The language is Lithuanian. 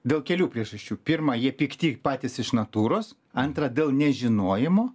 dėl kelių priežasčių pirma jie pikti patys iš natūros antra dėl nežinojimo